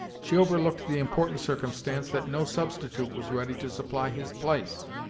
she overlooked the important circumstance that no substitute was ready to supply his place.